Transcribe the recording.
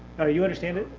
you understand it?